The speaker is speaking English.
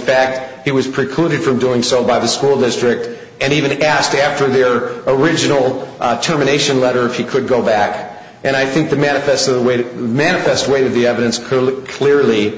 fact it was precluded from doing so by the school district and even asked after their original termination letter if you could go back and i think the manifest of the way to manifest weight of the evidence clearly clearly